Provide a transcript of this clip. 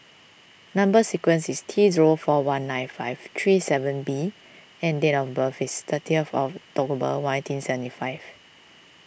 Number Sequence is T zero four one nine five three seven B and date of birth is thirty of October nineteen seventy five